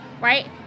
right